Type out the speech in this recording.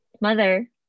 mother